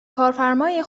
کارفرمای